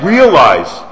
Realize